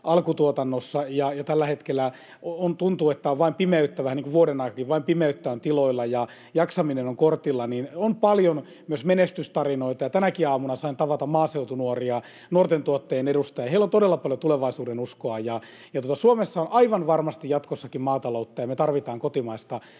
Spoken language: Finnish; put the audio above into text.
alkutuotannossa ja tällä hetkellä tuntuu, että on vain pimeyttä, vähän niin kuin vuodenaikakin, tiloilla ja jaksaminen on kortilla, on paljon myös menestystarinoita. Tänäkin aamuna sain tavata maaseutunuoria, nuorten tuottajien edustajia. Heillä on todella paljon tulevaisuudenuskoa. Suomessa on aivan varmasti jatkossakin maataloutta, ja me tarvitaan kotimaista